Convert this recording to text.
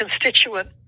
constituent